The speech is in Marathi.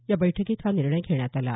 या बैठकीत हा निर्णय घेण्यात आला आहे